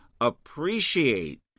appreciate